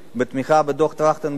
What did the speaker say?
בתמיכה בדוח-טרכטנברג,